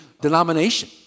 denomination